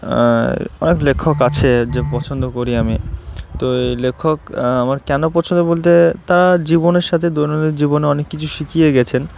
অনেক লেখক আছে যে পছন্দ করি আমি তো এই লেখক আমার কেন পছন্দ বলতে তারা জীবনের সাথে দৈনন্দিন জীবনে অনেক কিছু শিখিয়ে গেছেন